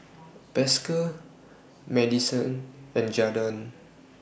Pascal Madisen and Jadon